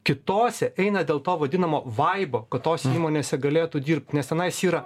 kitose eina dėl to vadinamo vaibo kad tose įmonėse galėtų dirbt nes tenais yra